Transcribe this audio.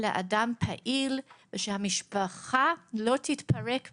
אדם פעיל, ושהמשפחה לא תתפרק בדרך,